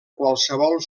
qualsevol